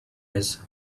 eyes